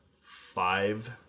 five